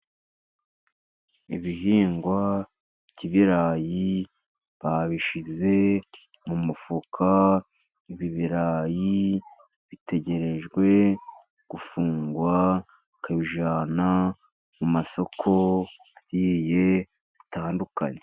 Ibihingwa by'ibirayi babishyize mu mufuka. Ibi birayi bitegereje gufungwa bakabijyana mu masoko agiye atandukanye.